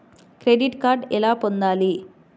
Credit card ఎలా పొందాలి?